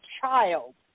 child